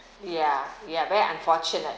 yeah yeah very unfortunate